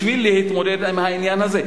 בשביל להתמודד עם העניין הזה.